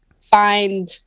find